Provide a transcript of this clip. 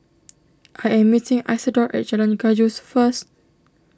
I am meeting Isadore at Jalan Gajus first